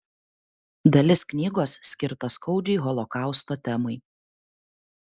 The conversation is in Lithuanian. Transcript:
dalis knygos skirta skaudžiai holokausto temai